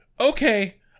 okay